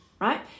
right